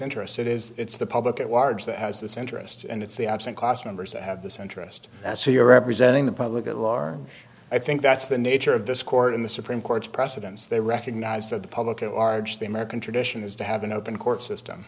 interests it is the public at large that has this interest and it's the absent class members that have the centrist that's who you're representing the public at large and i think that's the nature of this court in the supreme court's precedents they recognize that the public at large the american tradition is to have an open court system